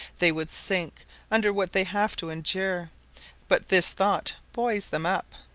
they would sink under what they have to endure but this thought buoys them up.